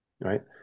right